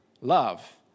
Love